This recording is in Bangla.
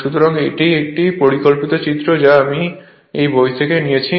সুতরাং এটি একটি পরিকল্পিত চিত্র যা আমি একটি বই থেকে নিয়েছি